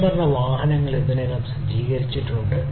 സ്വയംഭരണ വാഹനങ്ങൾ ഇതിനകം സജ്ജീകരിച്ചിട്ടുണ്ട്